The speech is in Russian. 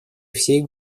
всей